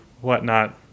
whatnot